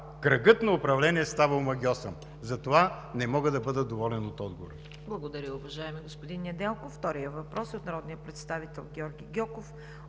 Кръгът на управление става омагьосан, затова не мога да бъда доволен от отговора.